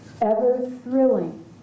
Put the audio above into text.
ever-thrilling